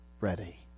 ready